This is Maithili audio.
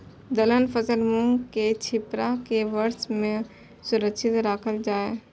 दलहन फसल मूँग के छिमरा के वर्षा में सुरक्षित राखल जाय?